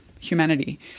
humanity